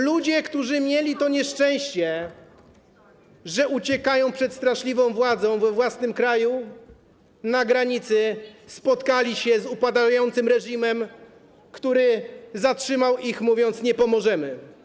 Ludzie, którzy mieli to nieszczęście, że uciekali przed straszliwą władzą we własnym kraju, na granicy spotkali się z upadającym reżimem, który zatrzymał ich, mówiąc: Nie pomożemy.